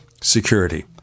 security